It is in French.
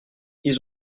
ils